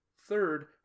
third